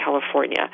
California